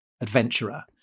adventurer